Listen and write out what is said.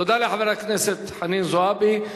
תודה לחברת הכנסת חנין זועבי.